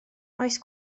oes